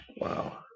Wow